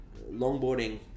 longboarding